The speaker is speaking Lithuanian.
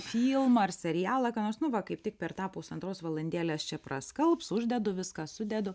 filmą ar serialą ką nors nu va kaip tik per tą pusantros valandėlės čia praskalbs uždedu viską sudedu